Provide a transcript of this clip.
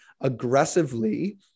aggressively